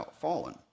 fallen